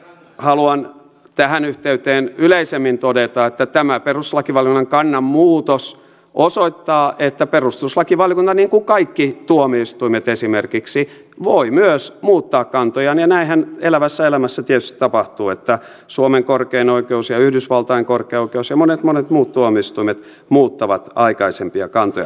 haluan tähän yhteyteen yleisemmin todeta että tämä perustuslakivaliokunnan kannanmuutos osoittaa että perustuslakivaliokunta niin kuin esimerkiksi kaikki tuomioistuimet voi myös muuttaa kantojaan ja näinhän elävässä elämässä tietysti tapahtuu että suomen korkein oikeus ja yhdysvaltain korkein oikeus ja monet monet muut tuomioistuimet muuttavat aikaisempia kantojaan